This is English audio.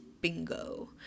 bingo